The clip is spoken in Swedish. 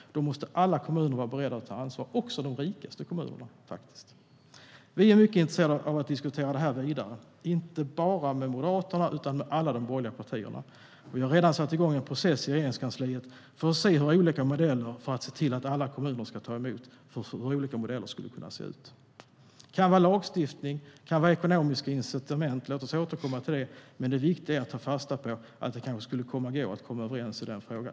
Då måste alla kommuner vara beredda att ta ansvar, också de rikaste kommunerna. Vi är mycket intresserade av att diskutera detta vidare, inte bara med Moderaterna utan med alla de borgerliga partierna. Vi har redan satt igång en process i Regeringskansliet för att se hur olika modeller för att se till att alla kommuner tar emot skulle kunna se ut. Det kan vara lagstiftning. Det kan vara ekonomiska incitament. Låt oss återkomma till det, men det viktiga är att ta fasta på att det kanske skulle kunna gå att komma överens i denna fråga.